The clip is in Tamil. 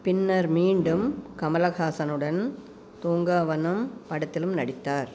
பின்னர் மீண்டும் கமல்ஹாசனுடன் தூங்காவனம் படத்திலும் நடித்தார்